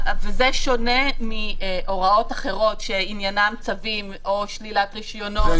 זה שונה מהוראות אחרות שעניינן צווים או שלילת רישיונות או